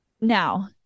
Now